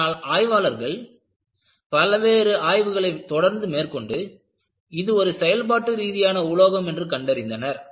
ஆனால் ஆய்வாளர்கள் பல்வேறு ஆய்வுகளை தொடர்ந்து மேற்கொண்டு இது ஒரு செயல்பாட்டு ரீதியாக உலோகம் என்று கண்டறிந்தனர்